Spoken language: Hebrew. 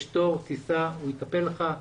יש תור, סע והוא יטפל בך.